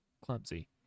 Clumsy